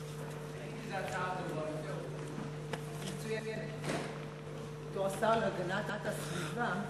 שעה) (ביצוע בדיקת תלות במסגרת תוכנית ניסיונית),